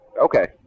Okay